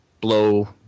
blow